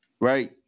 right